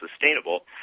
sustainable